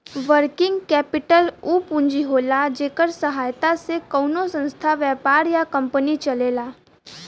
working capital उ पूंजी होला जेकरे सहायता से कउनो संस्था व्यापार या कंपनी चलेला